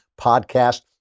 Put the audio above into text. podcast